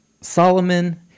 Solomon